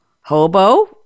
Hobo